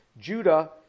Judah